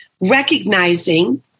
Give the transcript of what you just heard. recognizing